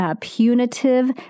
punitive